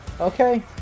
Okay